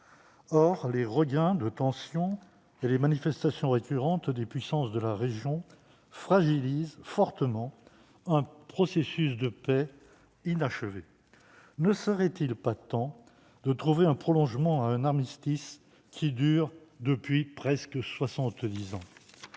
Or le regain des tensions et les démonstrations de puissance récurrentes des États de la région fragilisent fortement un processus de paix inachevé. Ne serait-il pas temps de trouver un prolongement à un armistice qui dure depuis près de